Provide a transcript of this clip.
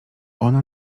ona